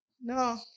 No